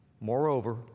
Moreover